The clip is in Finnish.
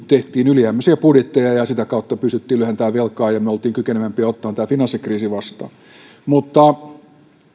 tehtiin ylijäämäisiä budjetteja ja sitä kautta pystyttiin lyhentämään velkaa ja me olimme kykenevämpiä ottamaan tämän finanssikriisin vastaan